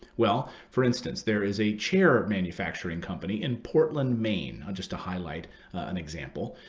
well, for instance, there is a chair manufacturing company in portland, maine, just to highlight an example,